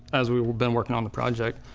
as we'd been working on the project,